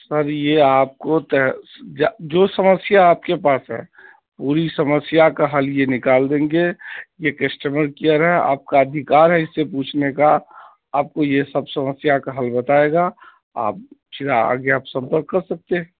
سر یہ آپ کو جو سمسیا آپ کے پاس ہے پوری سمسیا کا حل یہ نکال دیں گے یہ کسٹمر کیئر ہیں آپ کا ادھیکار ہے اس سے پوچھنے کا آپ کو یہ سب سمسیا کا حل بتائے گا آپ چراغ آپ سمپرک کر سکتے ہیں